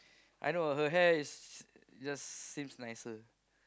I know her hair is just seems nicer